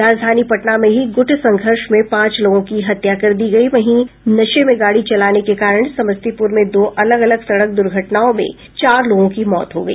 राजधानी पटना में ही गूट संघर्ष में पांच लोगों की हत्या कर दी गई वहीं नशे में गाड़ी चलाने के कारण समस्तीपूर में दो अलग अलग सड़क द्र्घटनाओं में चार लोगों की मौत हो गई